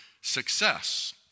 success